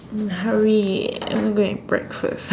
hurry I want to go eat breakfast